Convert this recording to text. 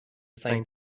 same